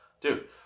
dude